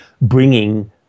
bringing